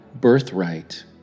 birthright